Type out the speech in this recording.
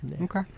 Okay